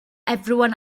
everyone